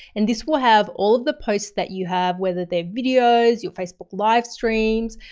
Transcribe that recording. and this will have all of the posts that you have, whether they're videos, your facebook livestreams,